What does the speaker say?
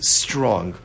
strong